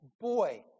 boy